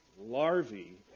Larvae